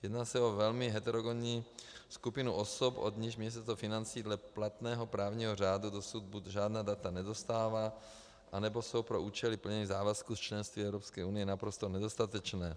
Jedná se o velmi heterogenní skupinu osob, od níž Ministerstvo financí dle platného právního řádu dosud buď žádná data nedostává, nebo jsou pro účely plnění závazků z členství v Evropské unii naprosto nedostatečná.